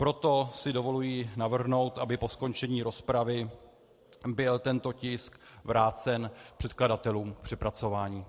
Proto si dovoluji navrhnout, aby po skončení rozpravy byl tento tisk vrácen předkladatelům k přepracování.